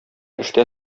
эштә